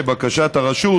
לבקשת הרשות,